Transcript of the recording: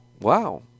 wow